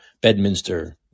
Bedminster